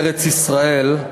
ארץ-ישראל /